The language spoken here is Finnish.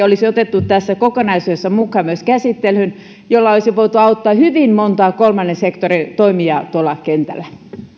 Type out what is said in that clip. olisi otettu tässä kokonaisuudessa mukaan käsittelyyn myös tämä asia jolla olisi voitu auttaa hyvin montaa kolmannen sektorin toimijaa tuolla kentällä